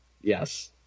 Yes